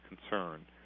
concern